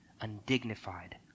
undignified